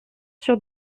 sur